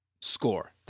Score